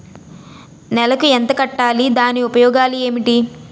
నెలకు ఎంత కట్టాలి? దాని ఉపయోగాలు ఏమిటి?